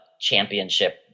championship